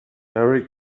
merry